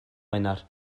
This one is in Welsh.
wener